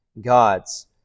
God's